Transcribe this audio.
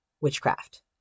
witchcraft